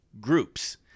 groups